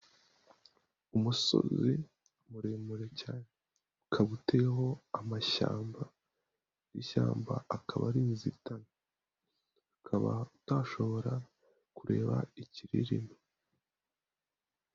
Umusozi muremure cyane ukaba uteyeho amashyamba, ishyamba akaba ari inzitane ukaba utashobora kureba ikiririmo.